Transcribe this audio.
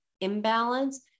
imbalance